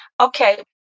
Okay